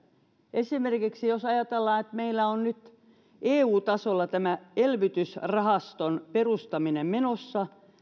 esimerkiksi jos ajatellaan niin meillä on nyt eu tasolla tämä elvytysrahaston perustaminen menossa